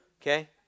okay